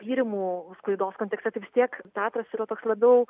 tyrimų sklaidos kontekste tai vis tiek teatras yra toks labiau